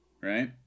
right